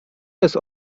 jest